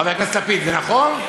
חבר הכנסת לפיד, זה נכון?